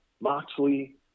Moxley